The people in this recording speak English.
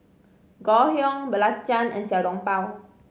Ngoh Hiang belacan and Xiao Long Bao